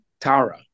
Tara